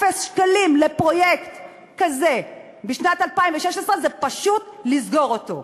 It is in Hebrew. אפס שקלים לפרויקט כזה בשנת 2016 זה פשוט לסגור אותו.